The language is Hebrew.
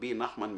רבי נחמן מברסלב,